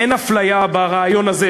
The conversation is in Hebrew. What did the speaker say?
אין אפליה ברעיון הזה,